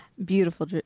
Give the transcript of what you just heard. Beautiful